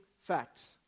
facts